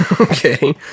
okay